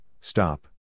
stop